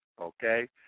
okay